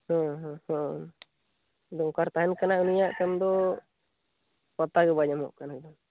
ᱫᱚᱨᱠᱟᱨ ᱛᱟᱦᱮᱱ ᱠᱟᱱᱟ ᱩᱱᱤᱭᱟᱜ ᱛᱟᱭᱚᱢᱫᱚ ᱯᱟᱛᱛᱟᱜᱮ ᱵᱟᱭ ᱧᱟᱢᱚᱜ ᱠᱟᱱᱟ